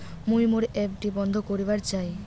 মুই মোর এফ.ডি বন্ধ করিবার চাই